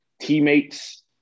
teammates